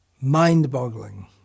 mind-boggling